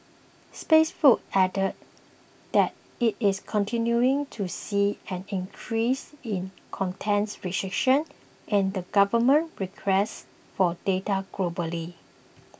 Facebook added that it is continuing to see an increase in contents restrictions and government requests for data globally